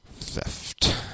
theft